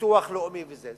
ביטוח לאומי וכל זה.